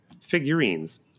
figurines